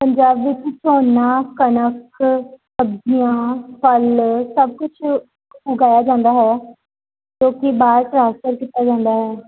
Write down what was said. ਪੰਜਾਬ ਵਿੱਚ ਝੋਨਾ ਕਣਕ ਸਬਜ਼ੀਆਂ ਫ਼ਲ ਸਭ ਕੁਛ ਉਗਾਇਆ ਜਾਂਦਾ ਹੈ ਜੋ ਕਿ ਬਾਹਰ ਟਰਾਂਸਫਰ ਕੀਤਾ ਜਾਂਦਾ ਹੈ